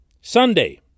Sunday